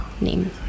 name